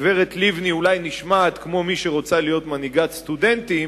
הגברת לבני אולי נשמעת כמו מי שרוצה להיות מנהיגת סטודנטים,